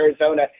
Arizona